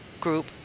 group